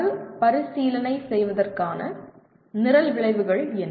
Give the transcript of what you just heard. மறுபரிசீலனை செய்வதற்கான நிரல் விளைவுகள் என்ன